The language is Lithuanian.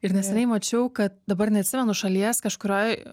ir neseniai mačiau kad dabar neatsimenu šalies kažkurioj